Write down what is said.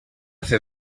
fer